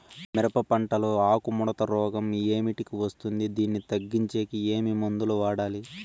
మిరప పంట లో ఆకు ముడత రోగం ఏమిటికి వస్తుంది, దీన్ని తగ్గించేకి ఏమి మందులు వాడాలి?